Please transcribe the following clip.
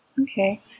Okay